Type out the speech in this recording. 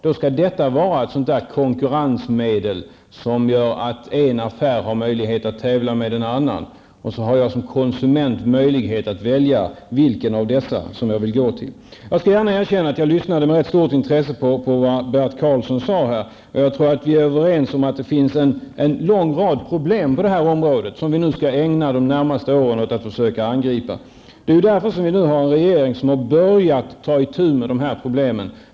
Då skall det vara ett konkurrensmedel som gör att en affär har möjlighet att tävla med en annan. Då har jag som konsument möjlighet att välja vilken av dessa jag vill gå till. Jag skall erkänna att jag lyssnade med stort intresse på vad Bert Karlsson sade. Jag tror att vi är överens om att det finns en lång rad problem på området, som vi skall försöka angripa de närmaste åren. Vi har nu en regering som har börjat ta itu med dessa problem.